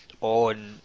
on